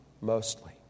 mostly